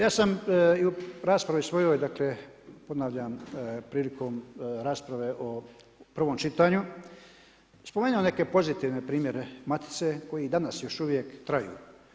Ja sam i u raspravi svojoj dakle ponavljam prilikom rasprave u prvom čitanju spomenuo neke pozitivne primjere Matice koji i danas još uvijek traju.